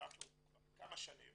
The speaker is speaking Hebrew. שאנחנו כבר כמה שנים